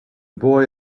boy